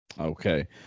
Okay